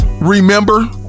remember